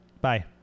bye